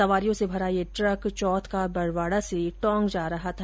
सवारियों से भरा यह ट्रक चौथ का बरवाडा से टोंक जा रहा था